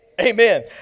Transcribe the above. amen